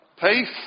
Peace